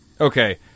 Okay